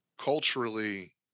culturally